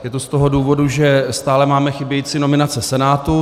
Je to z toho důvodu, že stále máme chybějící nominace Senátu.